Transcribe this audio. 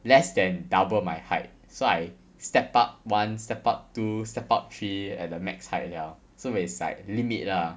less than double my height so I step up one step up two step up three at the max height liao so it's like limit lah